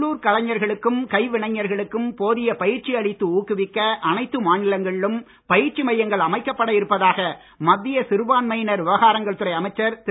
உள்ளூர் கலைஞர்களுக்கும் கைவினைஞர்களுக்கும் போதிய பயிற்சி அளித்து ஊக்குவிக்க அனைத்து மாநிலங்களிலும் பயிற்சி மையங்கள் அமைக்கப்பட இருப்பதாக மத்திய சிறுபான்மையின விவகாரங்கள் துறை அமைச்சர் திரு